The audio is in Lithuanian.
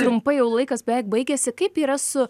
trumpai jau laikas beveik baigiasi kaip yra su